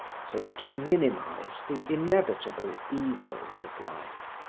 so as to minimize the inevitable evils of life.